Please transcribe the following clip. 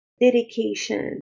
dedication